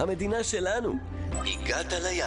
אגב,